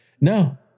no